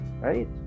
right